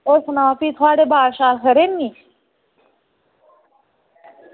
होर सनाओ भी थुआढ़े बाल खरे नी